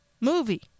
movie